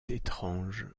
étrange